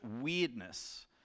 weirdness